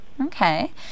Okay